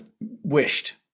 wished